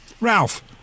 Ralph